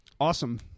awesome